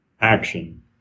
action